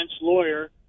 Lawyer